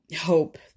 hope